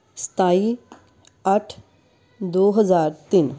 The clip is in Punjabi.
ਸਤਾਈ ਅੱਠ ਦੋ ਹਜ਼ਾਰ ਤਿੰਨ